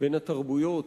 בין התרבויות,